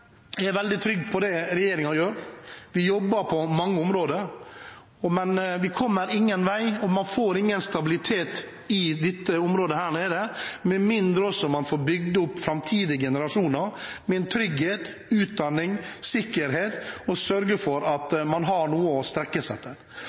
Jeg er veldig trygg på det regjeringen gjør. Vi jobber på mange områder. Men vi kommer ingen vei, og man får ingen stabilitet i dette området med mindre man får bygd opp framtidige generasjoner – med trygghet, utdanning og sikkerhet – og sørger for at